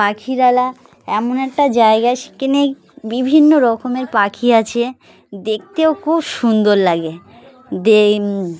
পাখিরালয় এমন একটা জায়গা সেখানে বিভিন্ন রকমের পাখি আছে দেখতেও খুব সুন্দর লাগে দেখতে